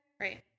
Right